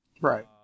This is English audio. Right